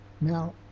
now